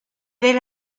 del